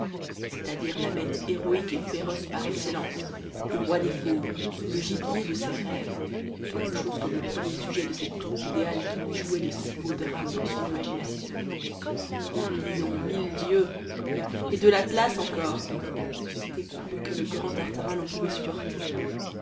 c'est-à-dire la bête héroïque et féroce par excellence le roi des fauves le gibier de ses rêves quelque chose comme le premier sujet de cette troupe idéale qui lui jouait de si beaux drames dans son imagination un lion mille dieux et de l'atlas encore c'était plus que le grand tartarin n'en pouvait supporter